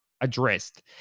addressed